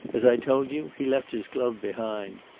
as i told you, he left his glove behind.